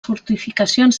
fortificacions